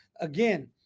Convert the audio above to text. again